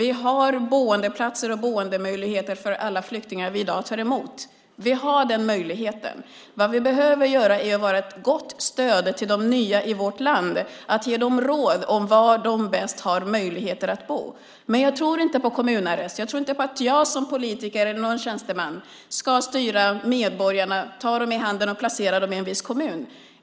Vi har boendeplatser och boendemöjligheter för alla flyktingar som vi tar emot i dag. Vi har den möjligheten. Det vi behöver göra är att vara ett gott stöd till de nya i vårt land och ge dem råd om var de bäst har möjligheter att bo. Men jag tror inte på kommunarrest. Jag tror inte på att jag som politiker eller någon tjänsteman ska styra medborgarna, ta dem i handen och placera dem i en viss kommun.